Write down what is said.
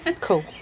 Cool